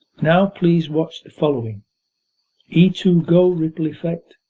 now please watch the following e two go ripple effect,